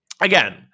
again